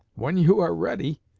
when you are ready,